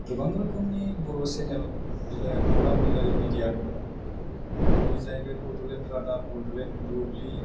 गोबां रोखोमनि बर' सेनेल बिलाइ खौरां बिलाइ मिडिया दङ बे जाहैबाय बड'लेण्ड रादाब बड'लेण्ड बुब्लि